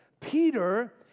Peter